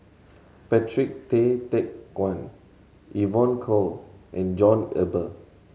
Patrick Tay Teck Guan Evon Kow and John Eber